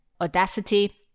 Audacity